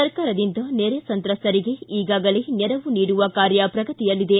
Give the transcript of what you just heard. ಸರ್ಕಾರದಿಂದ ನೆರೆ ಸಂತ್ರಸ್ತರಿಗೆ ಈಗಾಗಲೇ ನೆರವು ನೀಡುವ ಕಾರ್ಯ ಪ್ರಗತಿಯಲ್ಲಿದೆ